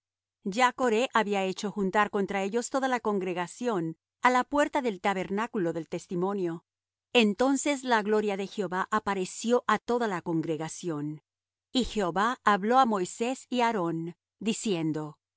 ya coré había hecho juntar contra ellos toda la congregación á la puerta del tabernáculo del testimonio entonces la gloria de jehová apareció á toda la congregación y jehová habló á moisés y á aarón diciendo